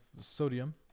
sodium